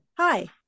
Hi